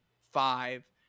five